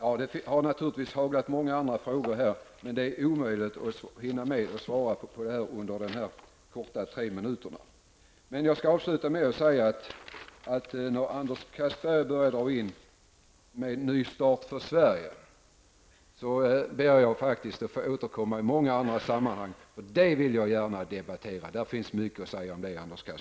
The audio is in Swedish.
Även många andra frågor har haglat över mig, men det är omöjligt att hinna svara på alla under dessa tre minuter. Jag skall avsluta med att säga att när Anders Castberger börjar tala om en ny start för Sverige ber jag faktiskt att få återkomma i många andra sammanhang, eftersom jag gärna vill debattera detta. Det finns mycket att säga om det, Anders